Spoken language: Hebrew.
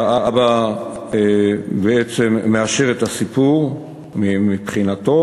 האבא בעצם מאשר את הסיפור מבחינתו.